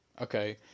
Okay